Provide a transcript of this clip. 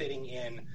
sitting in